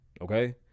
Okay